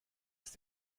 ist